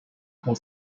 for